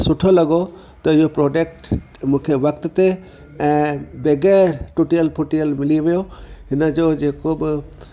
सुठो लॻो त इहो प्रोडक्ट मूंखे वक़्तु ते ऐं बग़ैरि टुटियल फुटियल मिली वियो हिन जो जेको बि